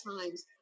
times